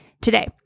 today